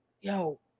yo